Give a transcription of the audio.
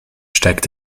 steigt